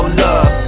love